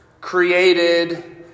created